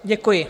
Děkuji.